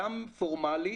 גם פורמלית,